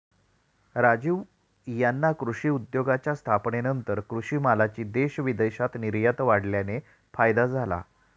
राजीव यांना कृषी उद्योगाच्या स्थापनेनंतर कृषी मालाची देश विदेशात निर्यात वाढल्याने फायदा झाला